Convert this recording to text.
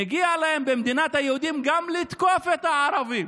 מגיע להם במדינת היהודים גם לתקוף את הערבים,